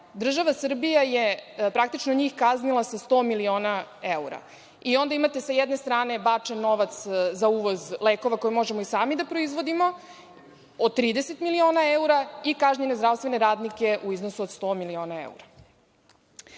država Srbija je praktično njih kaznila sa 100 miliona eura. Onda imate sa jedne strane bačen novac za uvoz lekova koje možemo i sami da proizvodimo od 30 miliona eura i kažnjene zdravstvene radnike u iznosu od 100 miliona